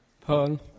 Paul